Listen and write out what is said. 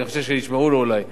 אני חושב שישמעו לו אולי.